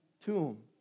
tomb